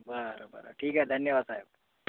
बरं बरं ठीक आहे धन्यवाद साहेब